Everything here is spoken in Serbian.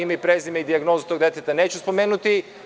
Ime i prezime i dijagnozu tog deteta neću spomenuti.